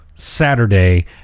Saturday